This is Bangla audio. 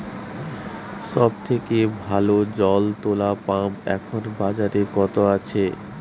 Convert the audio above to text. সব থেকে ভালো জল তোলা পাম্প এখন বাজারে কত আছে?